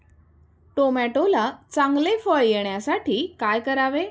टोमॅटोला चांगले फळ येण्यासाठी काय करावे?